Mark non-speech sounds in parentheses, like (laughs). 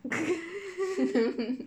(laughs)